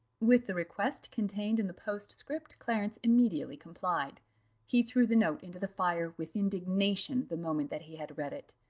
with the request contained in the postscript clarence immediately complied he threw the note into the fire with indignation the moment that he had read it,